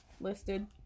listed